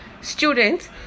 Students